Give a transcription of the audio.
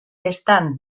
estant